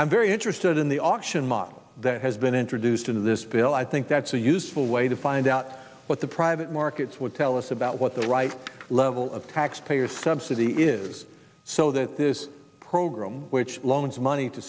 i'm very interested in the auction model that has been introduced into this bill i think that's a useful way to find out what the private markets would tell us about what the right level of taxpayer subsidy is so that this program which loans money to